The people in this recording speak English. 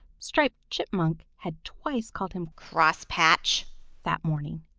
striped chipmunk had twice called him cross patch that morning,